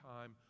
time